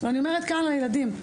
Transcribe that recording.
ואני אומרת כאן לילדים,